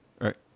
right